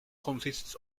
consists